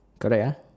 correct uh